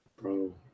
Bro